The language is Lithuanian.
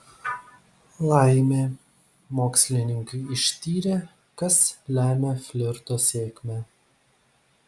laimė mokslininkai ištyrė kas lemia flirto sėkmę